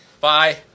Bye